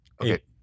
Okay